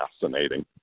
fascinating